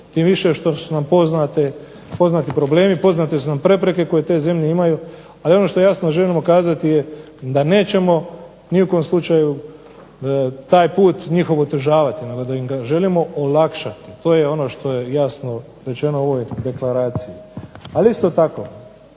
tim više što su nam poznati problemi, poznate su nam prepreke koje te zemlje imaju. Ali ono što jasno želimo kazati je da nećemo ni u kom slučaju taj put njihov otežavati nego da im ga želimo olakšati. To je ono što je jasno rečeno u ovoj deklaraciji. Ali isto tako